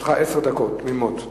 לרשותך עשר דקות תמימות.